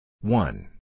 One